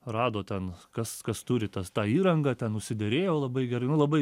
rado ten kas kas turi tas tą įrangą ten nusiderėjo labai gerai nu labai